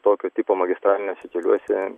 tokio tipo magistraliniuose keliuose